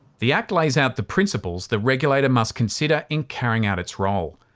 the act lays out the principles the regulator must consider in carrying out its role.